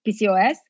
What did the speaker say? PCOS